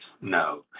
no